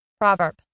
Proverb